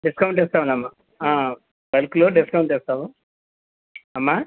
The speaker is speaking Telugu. డిస్కౌంట్ ఇస్తాంలేమ్మ బల్క్లో డిస్కౌంట్ ఇస్తాము అమ్మా